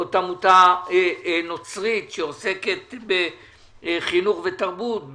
זאת עמותה נוצרית שעוסקת בחינוך ותרבות,